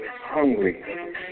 hungry